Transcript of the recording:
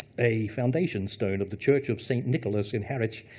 a foundation stone of the church of st. nicholas in harwich.